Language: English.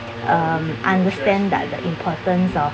um understand that the importance of